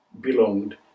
belonged